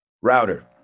Router